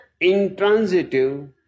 intransitive